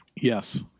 Yes